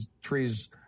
trees